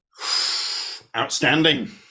Outstanding